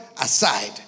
aside